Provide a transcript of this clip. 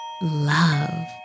Love